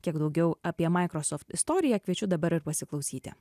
kiek daugiau apie microsoft istoriją kviečiu dabar ir pasiklausyti